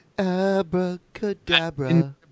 Abracadabra